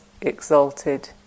exalted